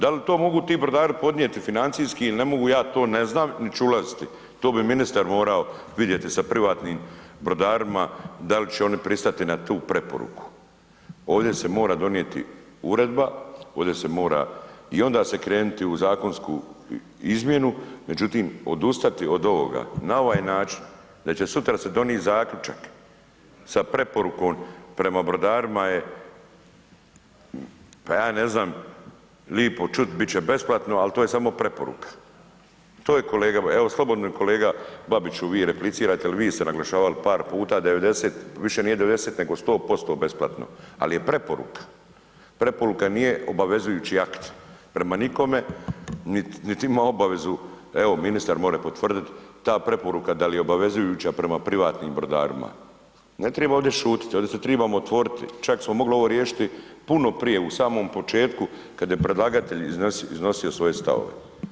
Dal to mogu ti brodari podnijeti financijski ili ne mogu ja to ne znam, nit ću ulaziti, to bi ministar morao vidjeti sa privatnim brodarima dal će oni pristati na tu preporuku, ovdje se mora donijeti uredba, ovdje se mora i onda se kreniti u zakonsku izmjenu, međutim odustati od ovoga, na ovaj način da će sutra se donit zaključak sa preporukom prema brodarima je, pa ne znam lipo čut bit će besplatno, al to je samo preporuka, to je kolega, evo slobodno kolega Babiću vi replicirajte jel vi ste naglašavali par puta 90, više nije 90 nego 100% besplatno, al je preporuka, preporuka nije obavezujući akt prema nikome, niti ima obavezu, evo ministar more potvrdit, ta preporuka dal je obavezujuća prema privatnim brodarima, ne triba ovdje šutit, ovdje se tribamo otvoriti, čak smo mogli ovo riješiti puno prije u samom početku kad je predlagatelj iznosio svoje stavove.